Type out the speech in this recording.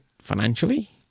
financially